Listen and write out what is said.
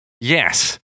Yes